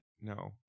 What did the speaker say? no